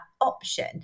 option